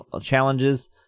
challenges